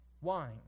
Wine